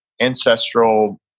ancestral